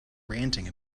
ranting